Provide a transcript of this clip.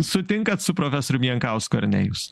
sutinkat su profesorium jankausku ar ne jūs